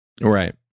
Right